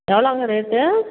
எவ்வளோங்க ரேட்டு